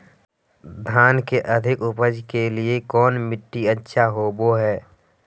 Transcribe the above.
धान के अधिक उपज के लिऐ कौन मट्टी अच्छा होबो है?